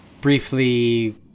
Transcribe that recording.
briefly